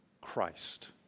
Christ